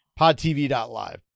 podtv.live